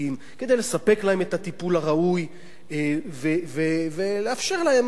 כדי לספק להם את הטיפול הראוי ולאפשר להם חיים,